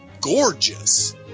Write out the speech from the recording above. gorgeous